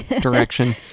direction